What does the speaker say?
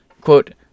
Quote